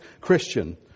Christian